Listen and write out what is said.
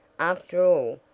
after all,